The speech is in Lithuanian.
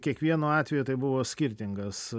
kiekvienu atveju tai buvo skirtingas